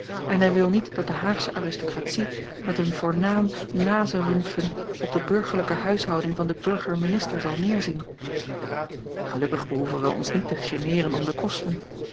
en hij wil niet dat de haagsche aristocratie met een voornaam naserümpfen op de burgerlijke huishouding van den burgerminister zal neerzien gelukkig behoeven wij ons niet te geneeren om de kosten